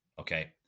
okay